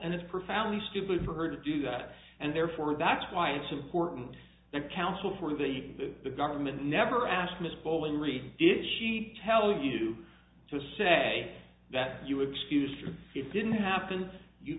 and it's profoundly stupid for her to do that and therefore that's why it's important that counsel for the government never asked miss bolling really did she tell you to say that you excused it didn't happen you